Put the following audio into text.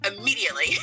immediately